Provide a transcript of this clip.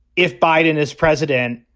if biden is president,